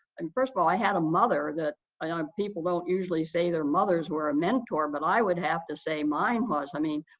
and first of all, i had a mother that i know um people don't usually say their mothers were a mentor, but i would have to say mine was. i mean,